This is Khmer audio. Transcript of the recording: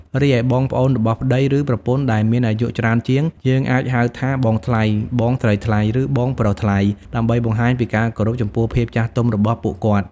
រីឯបងប្អូនរបស់ប្ដី ឬប្រពន្ធដែលមានអាយុច្រើនជាង យើងអាចហៅថា បងថ្លៃ, បងស្រីថ្លៃ ឬ បងប្រុសថ្លៃ ដើម្បីបង្ហាញពីការគោរពចំពោះភាពចាស់ទុំរបស់ពួកគាត់។